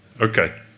okay